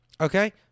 Okay